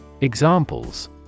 Examples